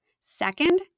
Second